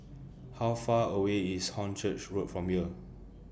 How Far away IS Hornchurch Road from here